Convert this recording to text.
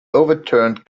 overturned